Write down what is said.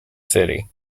city